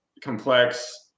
complex